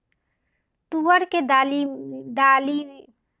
तुअर के दाली में प्रोटीन खूब मिलेला